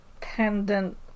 pendant